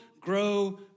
grow